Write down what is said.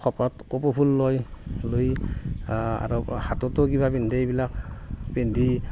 খোপাত কপৌ ফুল লয় লৈ আৰু হাততো পিন্ধে এইবিলাক পিন্ধি